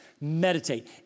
meditate